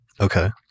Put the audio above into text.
Okay